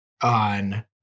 on